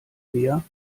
mehr